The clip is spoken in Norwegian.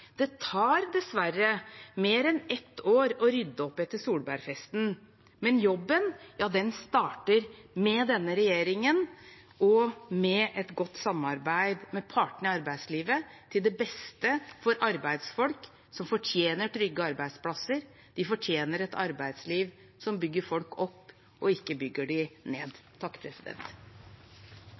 Det tar dessverre mer enn ett år å rydde opp etter Solberg-festen, men jobben starter med denne regjeringen og med et godt samarbeid med partene i arbeidslivet – til beste for arbeidsfolk, som fortjener trygge arbeidsplasser. De fortjener et arbeidsliv som bygger folk opp og ikke bygger dem ned.